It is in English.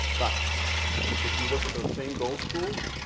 but if you look at those same gold schools,